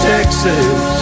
Texas